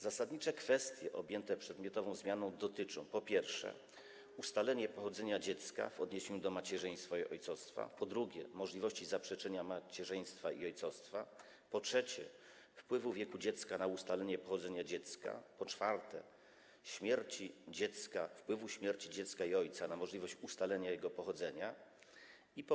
Zasadnicze kwestie objęte przedmiotową zmianą dotyczą, po pierwsze, ustalenia pochodzenia dziecka w odniesieniu do macierzyństwa i ojcostwa, po drugie, możliwości zaprzeczenia macierzyństwa i ojcostwa, po trzecie, wpływu wieku dziecka na ustalenie pochodzenia dziecka, po czwarte, wpływu śmierci dziecka i ojca na możliwość ustalenia pochodzenia dziecka.